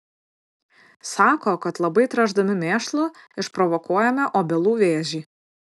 sako kad labai tręšdami mėšlu išprovokuojame obelų vėžį